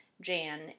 Jan